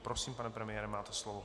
Prosím, pane premiére, máte slovo.